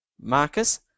Marcus